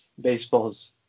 baseball's